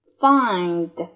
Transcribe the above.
find